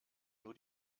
nur